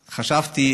חשבתי,